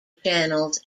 channels